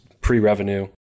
pre-revenue